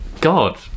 god